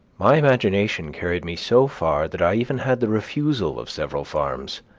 my imagination carried me so far that i even had the refusal of several farms